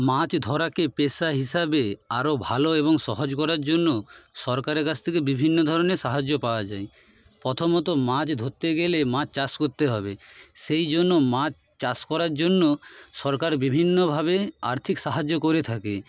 মাছ ধরাকে পেশা হিসাবে আরও ভালো এবং সহজ করার জন্য সরকারের কাছ থেকে বিভিন্ন ধরনের সাহায্য পাওয়া যায় প্রথমত মাছ ধরতে গেলে মাছ চাষ করতে হবে সেই জন্য মাছ চাষ করার জন্য সরকার বিভিন্নভাবে আর্থিক সাহায্য করে থাকে